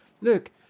Look